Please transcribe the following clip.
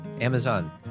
Amazon